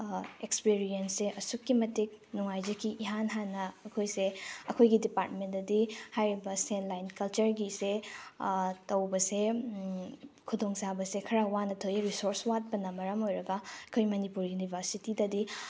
ꯑꯦꯛꯁꯄꯤꯔꯤꯌꯦꯟꯁꯁꯦ ꯑꯁꯨꯛꯀꯤ ꯃꯇꯤꯛ ꯅꯨꯡꯉꯥꯏꯖꯈꯤ ꯏꯍꯥꯟ ꯍꯥꯟꯅ ꯑꯩꯈꯣꯏꯁꯦ ꯑꯥꯈꯣꯏꯒꯤ ꯗꯤꯄꯥꯔꯠꯃꯦꯟꯗꯗꯤ ꯍꯥꯏꯔꯤꯕ ꯁꯦꯟ ꯂꯥꯏꯟ ꯀꯜꯆꯔꯒꯤꯁꯦ ꯇꯧꯕꯁꯦ ꯈꯨꯗꯣꯡꯆꯥꯕꯁꯦ ꯈꯔ ꯋꯥꯅ ꯊꯣꯛꯏ ꯔꯤꯁꯣꯔꯁ ꯋꯥꯠꯄꯅ ꯃꯔꯝ ꯑꯣꯏꯔꯒ ꯑꯩꯈꯣꯏ ꯃꯅꯤꯄꯨꯔ ꯌꯨꯅꯤꯚꯔꯁꯤꯇꯗꯤ